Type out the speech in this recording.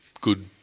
good